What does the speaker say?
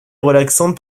relaxante